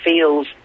feels